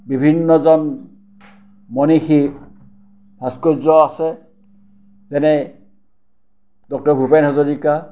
বিভিন্নজন মণিষী ভাস্কৰ্য আছে যেনে ডক্তৰ ভূপেন হাজৰিকা